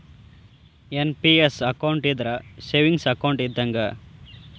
NPS account ಇದ್ರ savings account ಇದ್ದಂಗ